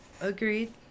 agreed